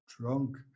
drunk